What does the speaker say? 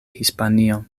hispanio